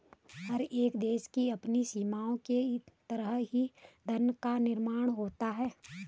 हर एक देश की अपनी सीमाओं के तहत ही धन का निर्माण होता है